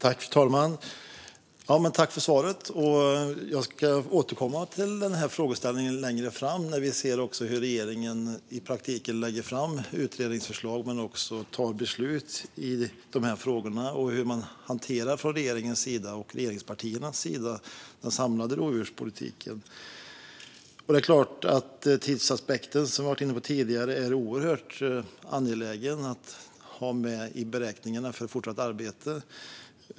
Fru talman! Tack, ledamoten, för svaret! Jag ska återkomma till denna frågeställning längre fram när vi ser hur regeringen i praktiken lägger fram utredningsförslag och tar beslut i dessa frågor samt hur man från regeringens och regeringspartiernas sida hanterar den samlade rovdjurspolitiken. Som vi har varit inne på tidigare är det att oerhört angeläget att ha med tidsaspekten i beräkningarna vid det fortsatta arbetet.